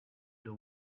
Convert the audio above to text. the